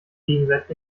gegenseitig